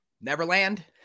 neverland